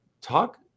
talk